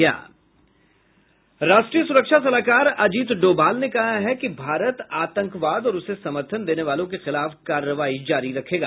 राष्ट्रीय सुरक्षा सलाहकार अजीत डोभाल ने कहा है कि भारत आतंकवाद और उसे समर्थन देने वालों के खिलाफ कार्रवाई जारी रखेगा